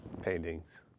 paintings